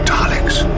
Daleks